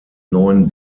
neuen